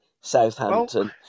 Southampton